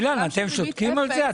אילן, אתם שותקים על זה?